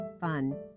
fun